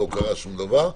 לא קרה שום דבר.